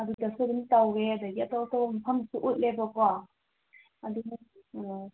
ꯑꯗꯨꯗꯁꯨ ꯑꯗꯨꯝ ꯇꯧꯋꯦ ꯑꯗꯒꯤ ꯑꯇꯣꯞ ꯑꯇꯣꯞꯄ ꯃꯐꯝꯗꯁꯨ ꯎꯠꯂꯦꯕꯀꯣ ꯑꯗꯨꯅ ꯎꯝ